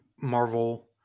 Marvel